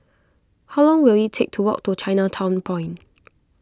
how long will it take to walk to Chinatown Point